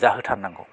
जाहोथारनांगौ